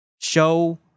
show